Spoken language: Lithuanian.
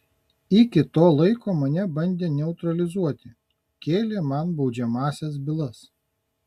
iki to laiko mane bandė neutralizuoti kėlė man baudžiamąsias bylas